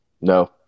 No